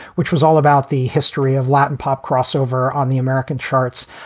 which was all about the history of latin pop crossover on the american charts.